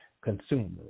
consumers